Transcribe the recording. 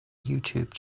youtube